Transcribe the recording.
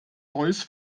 neues